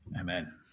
Amen